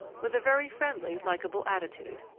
with a very friendly, likable attitude.